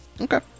Okay